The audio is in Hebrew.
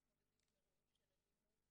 איך מתמודדים עם אירועים של אלימות,